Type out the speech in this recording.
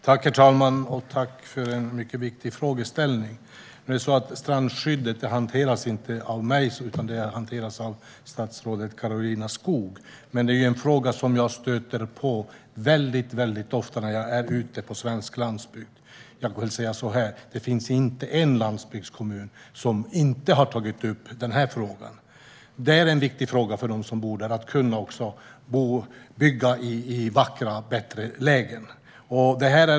Herr talman! Tack för en mycket viktig fråga! Strandskyddet hanteras inte av mig utan av statsrådet Karolina Skog, men jag stöter på frågan väldigt ofta när jag är ute på svensk landsbygd. Jag kan säga så här: Det finns inte en enda landsbygdskommun som inte har tagit upp denna fråga. Detta är viktigt för dem som bor där så att de kan bo och bygga i vackra, bättre lägen.